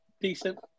decent